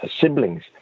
siblings